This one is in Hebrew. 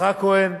יצחק כהן,